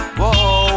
whoa